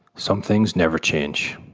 some things never change.